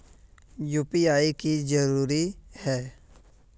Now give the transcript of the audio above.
UPI की जरूरी है?